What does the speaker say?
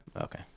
Okay